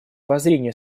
воззрения